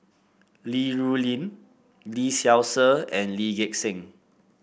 Li Rulin Lee Seow Ser and Lee Gek Seng